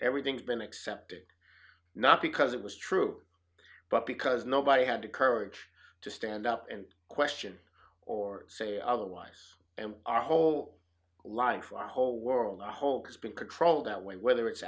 everything's been accepted not because it was true but because nobody had to courage to stand up and question or say otherwise and our whole line for our whole world a whole has been controlled that way whether it's